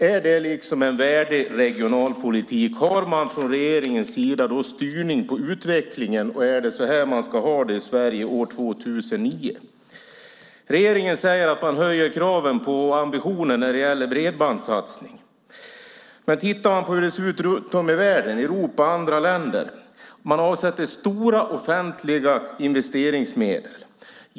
Är det en värdig regionalpolitik? Har man från regeringens sida styrning på utvecklingen? Är det så det ska vara i Sverige år 2009? Regeringen säger att man höjer kraven på ambitionerna när det gäller bredbandssatsningen. Men sett till hur det ser ut runt om i världen, i Europa och i andra länder, avsätts stora offentliga investeringsmedel.